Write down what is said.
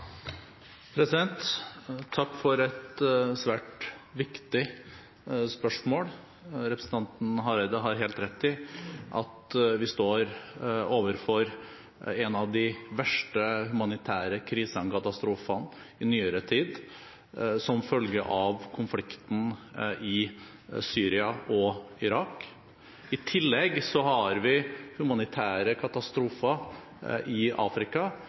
Takk for et svært viktig spørsmål. Representanten Hareide har helt rett i at vi står overfor en av de verste humanitære krisene, katastrofene, i nyere tid som følge av konflikten i Syria og Irak. I tillegg har vi humanitære katastrofer i Afrika